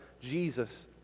Jesus